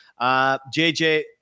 JJ